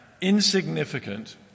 insignificant